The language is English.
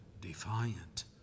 Defiant